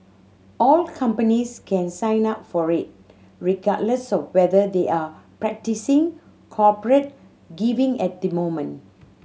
all companies can sign up for red regardless of whether they are practising corporate giving at the moment